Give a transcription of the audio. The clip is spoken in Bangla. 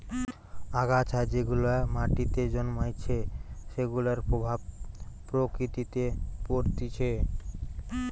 আগাছা যেগুলা মাটিতে জন্মাইছে সেগুলার প্রভাব প্রকৃতিতে পরতিছে